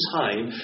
time